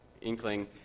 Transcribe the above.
inkling